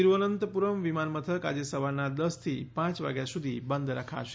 તિરૂઅનંતપુરમ્ વિમાનમથક આજે સવારના દસ થી પાંચ વાગ્યા સુધી બંધ રખાશે